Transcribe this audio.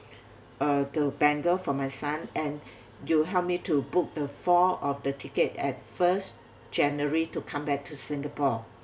uh to bengal for my son and you help me to book the four of the tickets at first january to come back to singapore